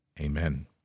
Amen